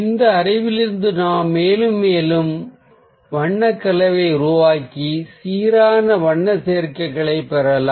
இந்த அறிவிலிருந்து நாம் மேலும் மேலும் வண்ண கலவையை உருவாக்கி சீரான வண்ண சேர்க்கைகளைப் பெறலாம்